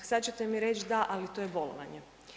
Sad ćete mi reći da, ali to je bolovanje.